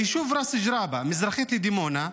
היישוב ראס אל-ג'עבה, מזרחית לדימונה,